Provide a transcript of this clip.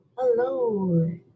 Hello